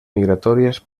migratorias